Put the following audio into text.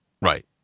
Right